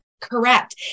Correct